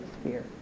sphere